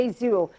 zero